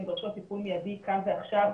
הן דורשות טיפול מיידי כאן ועכשיו,